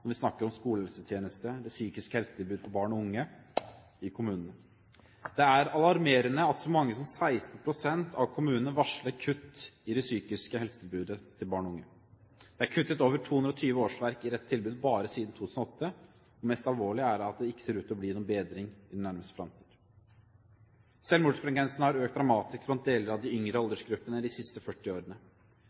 psykiske helsetilbudet for barn og unge i kommunene. Det er alarmerende at så mange som 16 pst. av kommunene varsler kutt i det psykiske helsetilbudet til barn og unge. Det er kuttet over 220 årsverk i dette tilbudet bare siden 2008. Det mest alvorlige er at det ikke ser ut til å bli noen bedring i nærmeste framtid. Selvmordsfrekvensen har økt dramatisk blant deler av de yngre aldersgruppene de siste 40 årene.